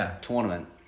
tournament